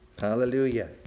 Hallelujah